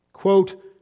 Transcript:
Quote